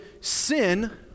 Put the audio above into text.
sin